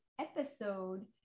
episode